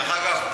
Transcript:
דרך אגב,